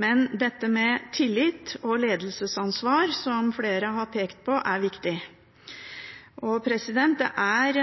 Men dette med tillit og ledelsesansvar, som flere har pekt på, er viktig. Det er